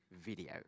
video